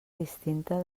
distinta